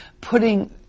putting